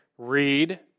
Read